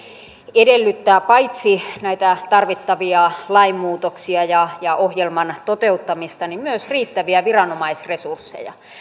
edellyttää paitsi näitä tarvittavia lainmuutoksia ja ja ohjelman toteuttamista niin myös riittäviä viranomaisresursseja